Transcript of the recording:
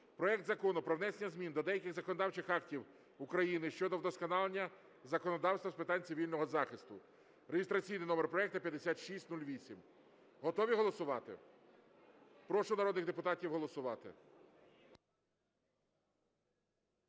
проект Закону про внесення змін до деяких законодавчих актів України щодо вдосконалення законодавства з питань цивільного захисту (реєстраційний номер проекту 5608). Готові голосувати? Прошу народних депутатів голосувати.